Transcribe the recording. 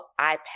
iPad